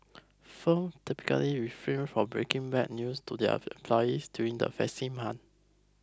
firms typically refrain from breaking bad news to their employees during the festive an